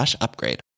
upgrade